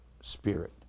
spirit